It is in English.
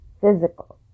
physical